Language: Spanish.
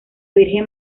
virgen